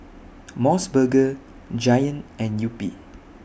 Mos Burger Giant and Yupi